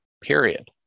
period